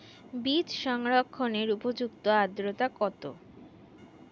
বীজ সংরক্ষণের উপযুক্ত আদ্রতা কত?